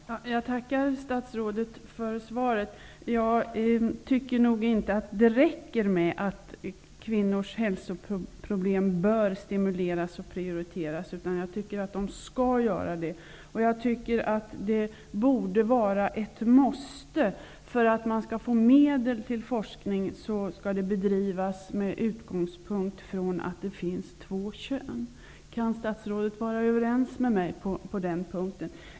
Herr talman! Jag tackar statsrådet för svaret. Jag tycker nog inte att det räcker med att forskningen om kvinnors hälsoproblem bör stimuleras och prioriteras. Jag tycker att den skall stimuleras och prioriteras. Det borde vara ett måste. För att man skall få medel till forskning skall den bedrivas med utgångspunkt i att det finns två kön. Kan statsrådet vara överens med mig på den punkten?